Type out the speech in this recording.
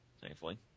thankfully